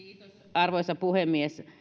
arvoisa puhemies